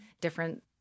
different